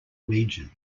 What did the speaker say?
region